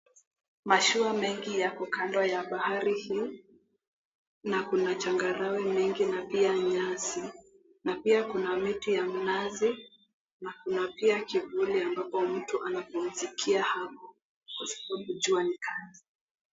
Mashua mengi yako kando ya bahari hii na kuna changarawe mengi na pia nyasi na pia kuna miti ya mnazi na pia kuna kivuli ambapo mtu anapumzikia hapo kwa sababu jua ni kali.